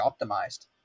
optimized